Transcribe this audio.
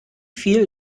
viel